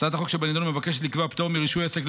הצעת החוק שבנדון מבקשת לקבוע פטור מרישוי עסק,